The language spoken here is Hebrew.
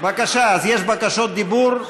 יש בקשות דיבור.